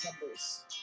numbers